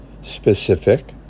specific